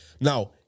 Now